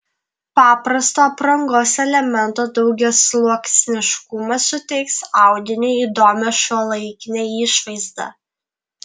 paprasto aprangos elemento daugiasluoksniškumas suteiks audiniui įdomią šiuolaikinę išvaizdą